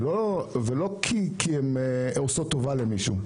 ולא כי הן עושות טובה למישהו.